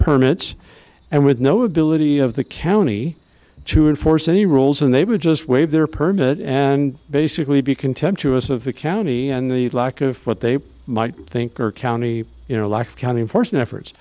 permits and with no ability of the county to enforce any rules and they would just waive their permit and basically be contemptuous of the county and the lack of what they might think are county you know lack of county in force in effort